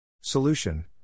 Solution